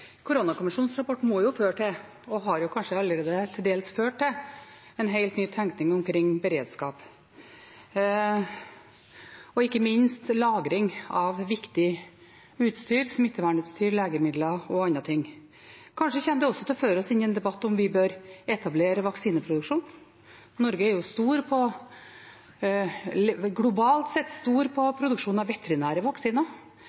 Koronakommisjonens rapport må jo føre til, og har kanskje allerede til dels ført til, en helt ny tenkning omkring beredskap og ikke minst lagring av viktig utstyr: smittevernutstyr, legemidler og andre ting. Kanskje kommer den også til å føre oss inn i en debatt om vi bør etablere vaksineproduksjon. Globalt sett er jo Norge store på